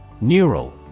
Neural